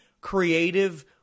creative